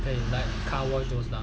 then you like car wash those lah